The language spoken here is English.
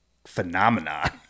Phenomenon